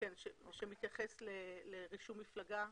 כן, שמתייחס לרישום מפלגה.